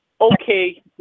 okay